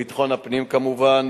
ביטחון הפנים כמובן,